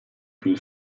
più